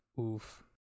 Oof